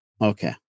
Okay